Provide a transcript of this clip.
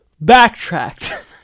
backtracked